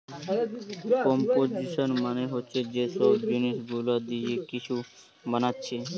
composition মানে হচ্ছে যে সব জিনিস গুলা দিয়ে কিছু বানাচ্ছে